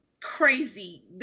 crazy